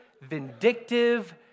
vindictive